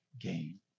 gain